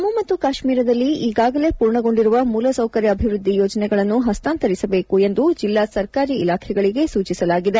ಜಮ್ಮು ಮತ್ತು ಕಾಶ್ಮೀರದಲ್ಲಿ ಈಗಾಗಲೇ ಪೂರ್ಣಗೊಂಡಿರುವ ಮೂಲಸೌಕರ್ಯಾಭಿವೃದ್ದಿ ಯೋಜನೆಗಳನ್ನು ಹಸ್ತಾಂತರಿಸಬೇಕು ಎಂದು ಎಲ್ಲಾ ಸರ್ಕಾರಿ ಇಲಾಖೆಗಳಿಗೆ ಸೂಚಿಸಲಾಗಿದೆ